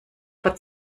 vor